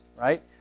right